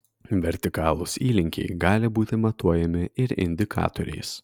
vertikalūs įlinkiai gali būti matuojami ir indikatoriais